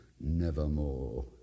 nevermore